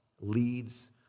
leads